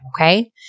okay